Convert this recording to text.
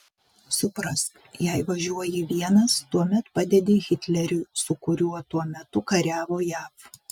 suprask jei važiuoji vienas tuomet padedi hitleriui su kuriuo tuo metu kariavo jav